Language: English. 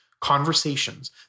Conversations